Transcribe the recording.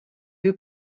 who